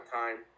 time